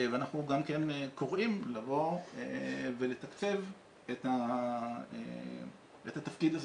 ואנחנו גם קוראים לתקצב את התפקיד הזה.